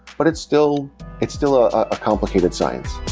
but it's still it's still a ah complicated science